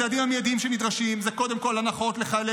הצעדים המיידיים שנדרשים הם קודם כול הנחות לחיילי